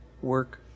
work